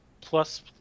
plus